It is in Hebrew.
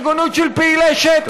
התנגדות של פעילי שטח.